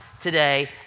today